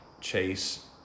chase